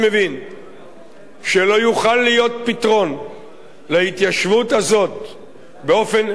שלא יוכל להיות פתרון להתיישבות הזאת באופן אפילו קרוב למניח